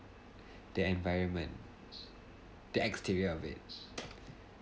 the environment the exterior of it